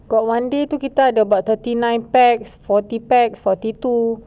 got one day ticketed about thirty nine pax forty pax forty two